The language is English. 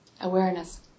awareness